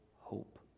hope